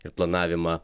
ir planavimą